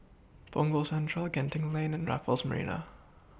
Punggol Central Genting Lane and Raffles Marina